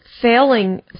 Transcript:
failing